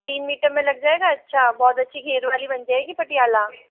तीन मीटर में लग जाएगा अच्छा बहुत अच्छी घेर वाली बन जाएगी पटियाला